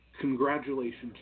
congratulations